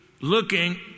looking